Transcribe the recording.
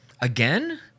again